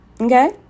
Okay